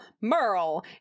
merle